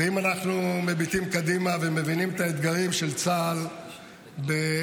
ואם אנחנו מביטים קדימה ומבינים את האתגרים של צה"ל בדרום,